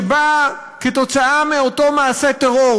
שבאה כתוצאה מאותו מעשה טרור,